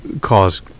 cause